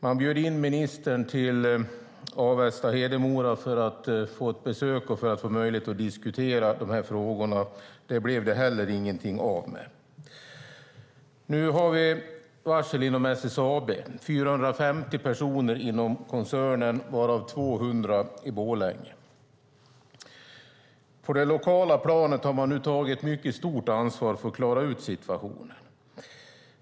Man bjöd in ministern till Avesta och Hedemora för att få möjlighet att diskutera dessa frågor. Detta blev heller inte av. Nu har vi varsel inom SSAB gällande 450 personer inom koncernen, varav 200 i Borlänge. På det lokala planet har man nu tagit ett mycket stort ansvar för att klara ut situationen.